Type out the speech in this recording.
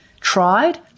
tried